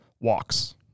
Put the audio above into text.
walks